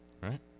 Right